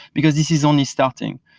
because this is only starting.